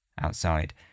Outside